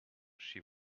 she